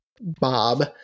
Bob